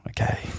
okay